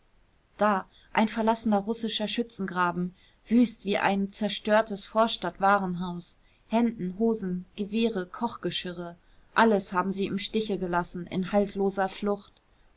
da ein verlassener russischer schützengraben wüst wie ein zerstörtes vorstadtwarenhaus hemden hosen gewehre kochgeschirre alles haben sie im stiche gelassen in haltloser flucht